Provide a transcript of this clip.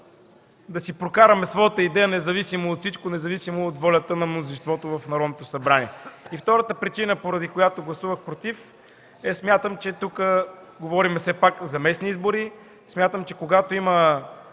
да прокараме своята идея независимо от всичко, независимо от волята на мнозинството в Народното събрание. Втората причина, поради която гласувах „против”, е, че тук говорим все пак за местни избори. Смятам, че когато има